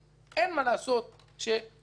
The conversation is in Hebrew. אין מה לעשות כשכופים עלינו.